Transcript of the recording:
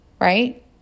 right